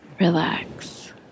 Relax